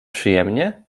przyjemnie